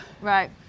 Right